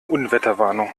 unwetterwarnung